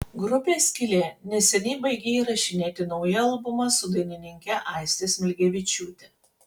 grupė skylė neseniai baigė įrašinėti naują albumą su dainininke aiste smilgevičiūte